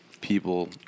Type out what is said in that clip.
people